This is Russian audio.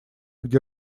где